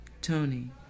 Tony